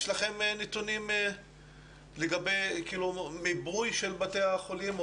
יש לכם נתונים לגבי מיפוי של בתי החולים,